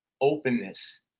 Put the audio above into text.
openness